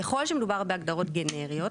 ככל שמדובר בהגדרות גנריות,